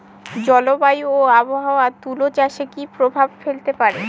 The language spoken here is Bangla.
জলবায়ু ও আবহাওয়া তুলা চাষে কি প্রভাব ফেলতে পারে?